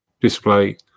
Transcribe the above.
display